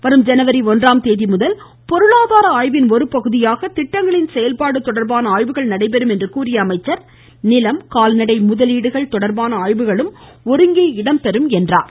வரும் ஜனவரி ஒன்றாம் தேதிமுதல் பொருளாதார ஆய்வின் ஒரு பகுதியாக திட்டங்களின் செயல்பாடு தொடர்பான ஆய்வுகள் நடைபெறும் என்று கூறிய அவர் நிலம் கால்நடை முதலீடுகள் தொடர்பான ஆய்வுகளும் ஒருங்கே நடைபெறும் என்றார்